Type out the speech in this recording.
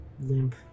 limp